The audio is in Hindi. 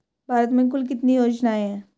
भारत में कुल कितनी योजनाएं हैं?